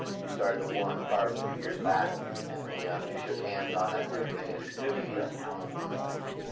we started the war on carbs a few years back and we ah we shook hands on it and everything. and it's good to be accountable for things.